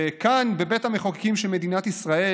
וכאן, בבית המחוקקים של מדינת ישראל,